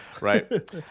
Right